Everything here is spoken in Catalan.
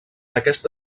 aquesta